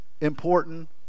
important